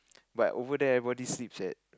but over there everybody sleeps at